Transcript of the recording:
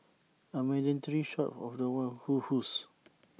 A mandatory shot of The One who who's